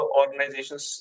organizations